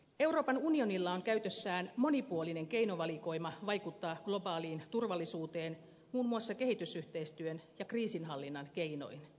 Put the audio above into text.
euroopan unionilla on käytössään monipuolinen keinovalikoima vaikuttaa globaaliin turvallisuuteen muun muassa kehitysyhteistyön ja kriisinhallinnan keinoin